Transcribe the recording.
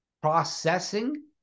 processing